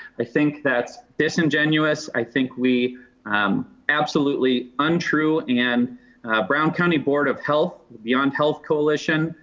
i think that's disingenuous. i think we absolutely untrue and brown county board of health beyond health coalition,